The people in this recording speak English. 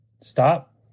Stop